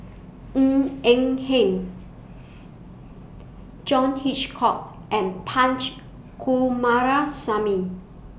Ng Eng Hen John Hitchcock and Punch Coomaraswamy